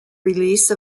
release